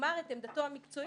לומר את עמדתו המקצועית.